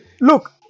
Look